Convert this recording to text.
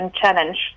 challenge